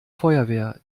feuerwehr